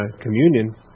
communion